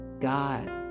God